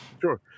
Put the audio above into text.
sure